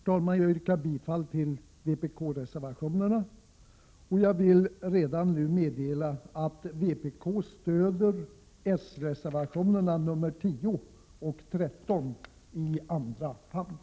Jag yrkar bifall till vpk-reservationerna, och jag vill redan nu meddela att vpk stöder s-reservationerna 10 och 13 i andra hand.